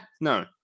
No